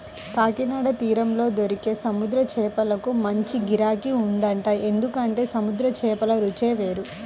కాకినాడ తీరంలో దొరికే సముద్రం చేపలకు మంచి గిరాకీ ఉంటదంట, ఎందుకంటే సముద్రం చేపల రుచే వేరు